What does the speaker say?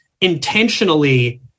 intentionally